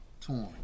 Torn